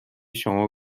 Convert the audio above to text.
شما